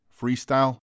freestyle